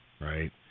Right